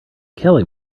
kelly